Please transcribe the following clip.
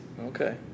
Okay